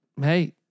Hey